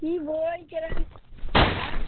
কি বই কিরম অ্যাঁ